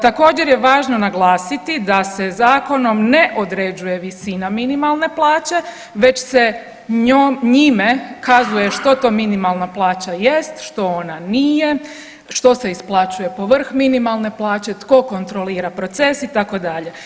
Također je važno naglasiti da se zakonom ne određuje visina minimalne plaće, već se njime kazuje što to minimalna plaća jest, što ona nije, što se isplaćuje po vrh minimalne plaće, tko kontrolira proces itd.